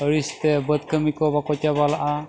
ᱟᱹᱲᱤᱥᱛᱮ ᱵᱟᱹᱫᱽ ᱠᱟᱹᱢᱤ ᱠᱚ ᱵᱟᱠᱚ ᱪᱟᱵᱟᱞᱮᱜᱼᱟ